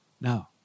no